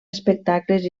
espectacles